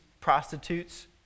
prostitutes